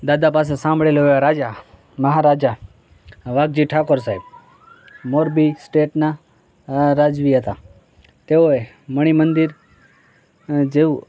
દાદા પાસે સાંભળેલા હોય એવા રાજા મહારાજા વાઘજી ઠાકોર સાહેબ મોરબી સ્ટેટના રાજવી હતા તેઓએ મણિ મંદિર જેવું